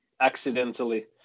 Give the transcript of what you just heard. accidentally